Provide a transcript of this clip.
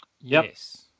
Yes